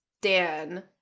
Dan